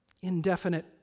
indefinite